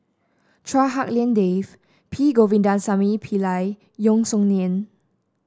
Chua Hak Lien Dave P Govindasamy Pillai Yeo Song Nian